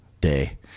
day